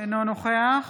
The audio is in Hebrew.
אינו נוכח